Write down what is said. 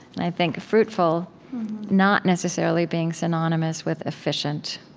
and i think fruitful not necessarily being synonymous with efficient,